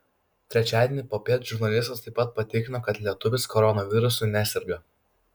trečiadienį popiet žurnalistas taip pat patikino kad lietuvis koronavirusu neserga